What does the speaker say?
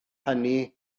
hynny